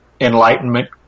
Enlightenment